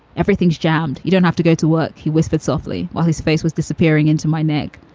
everything's jammed. you don't have to go to work, he whispered softly while his face was disappearing into my neck.